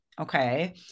Okay